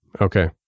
Okay